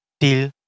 till